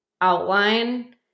outline